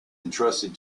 entrusted